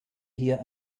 hier